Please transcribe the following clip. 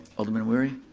adlerman wery?